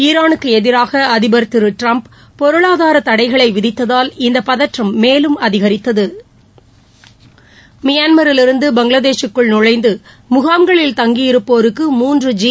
ஈரானுக்கு எதிராக அதிபர் திரு ட்டிரம்ப் பொருளாதார தடைகளை விதித்ததால் இந்த பதற்றம் மேலும் அதிகரித்தது மியான்மரிலிருந்து பங்களாதேஷூக்குள் நுழைந்து முகாம்களில் தங்கியிருப்போருக்கு மூன்று ஜி